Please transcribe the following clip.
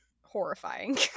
horrifying